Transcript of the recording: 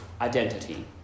identity